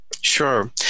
Sure